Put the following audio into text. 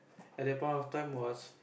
at that point of time was